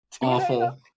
Awful